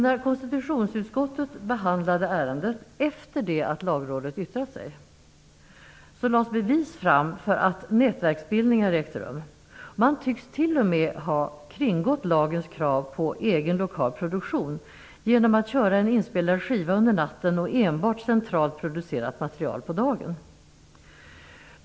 När konstitutionsutskottet behandlade ärendet efter det att lagrådet yttrat sig lades fram bevis för att nätverksbildning har ägt rum. Man tycks t.o.m. ha kringgått lagens krav på egen lokal produktion genom att köra en inspelad skiva under natten och enbart centralt producerat material på dagen.